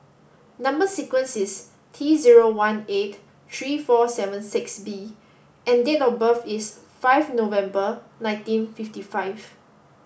number sequence is T zero one eight three four seven six B and date of birth is five November nineteen fifty five